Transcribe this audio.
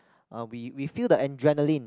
uh we we feel the adrenaline